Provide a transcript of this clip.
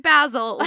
Basil